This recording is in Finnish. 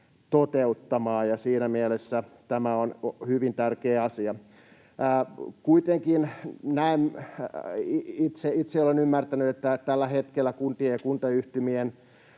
toteuttamaan. Siinä mielessä tämä on hyvin tärkeä asia. Kuitenkin itse olen ymmärtänyt, että tällä hetkellä kuntien ja kuntayhtymien